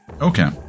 Okay